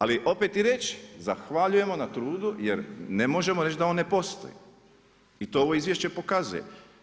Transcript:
Ali opet i reći, zahvaljujemo na trudu jer ne možemo reći da on ne postoji i to ovo izvješće pokazuje.